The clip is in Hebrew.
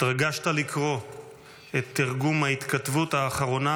התרגשת לקרוא את תרגום ההתכתבות האחרונה,